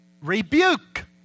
Rebuke